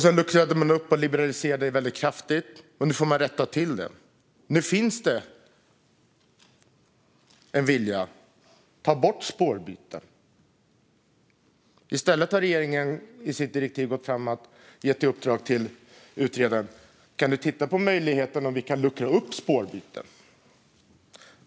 Sedan luckrade man upp och liberaliserade väldigt kraftigt, och nu får man rätta till det. Nu finns det en vilja att ta bort möjligheten till spårbyte. I stället har regeringen i sitt direktiv gett i uppdrag till utredaren att titta på möjligheten att luckra upp detta.